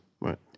Right